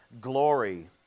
glory